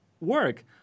work